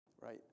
right